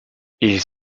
ils